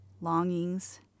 longings